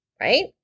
right